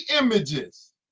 images